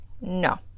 No